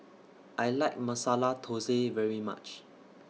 I like Masala Thosai very much